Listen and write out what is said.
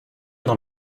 dans